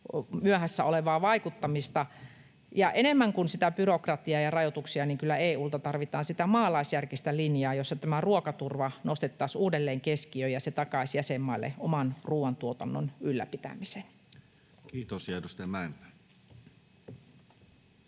myöhässä olevaa vaikuttamista. Enemmän kuin byrokratiaa ja rajoituksia EU:lta kyllä tarvitaan sitä maalaisjärkistä linjaa, jossa ruokaturva nostettaisiin uudelleen keskiöön, ja se takaisi jäsenmaille oman ruuantuotannon ylläpitämisen. Kiitos. — Ja